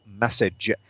message